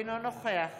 אינו נוכח